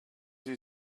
you